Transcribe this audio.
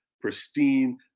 pristine